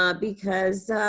um because